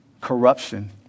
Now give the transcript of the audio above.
corruption